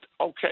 okay